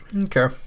okay